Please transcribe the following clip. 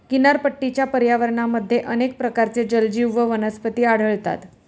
किनारपट्टीच्या पर्यावरणामध्ये अनेक प्रकारचे जलजीव व वनस्पती आढळतात